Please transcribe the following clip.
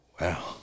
wow